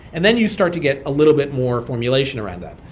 and then you start to get a little bit more formulation around that.